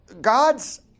God's